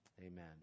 Amen